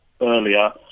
earlier